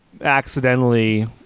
accidentally